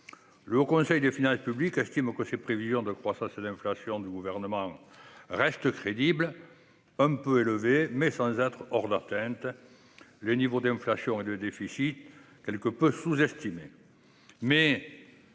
Le Haut Conseil des finances publiques estime que les prévisions de croissance et d'inflation du Gouvernement restent crédibles- « un peu élevées » sans être « hors d'atteinte »-, les niveaux d'inflation et de déficit étant quelque peu sous-estimés.